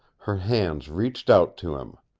her hands reached out to him.